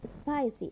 spicy